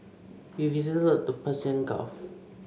we visited the Persian Gulf